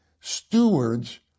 stewards